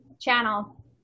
channel